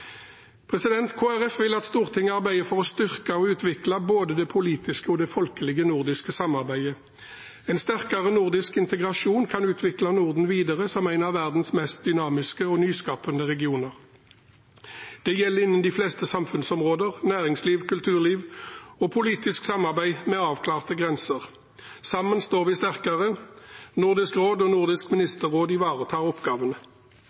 vil at Stortinget arbeider for å styrke og utvikle både det politiske og det folkelige nordiske samarbeidet. En sterkere nordisk integrasjon kan utvikle Norden videre som en av verdens mest dynamiske og nyskapende regioner. Det gjelder innen de fleste samfunnsområder, næringsliv, kulturliv og politisk samarbeid med avklarte grenser. Sammen står vi sterkere, Nordisk råd og Nordisk ministerråd ivaretar oppgavene.